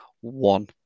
one